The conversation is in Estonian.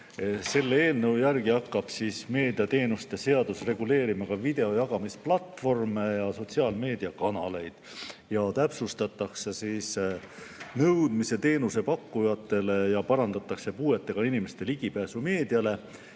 Selle eelnõu järgi hakkab meediateenuste seadus reguleerima ka videojagamisplatvorme ja sotsiaalmeediakanaleid. Täpsustatakse nõudmisi teenusepakkujatele ja parandatakse puuetega inimeste ligipääsu meediale